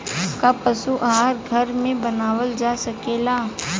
का पशु आहार घर में बनावल जा सकेला?